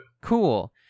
Cool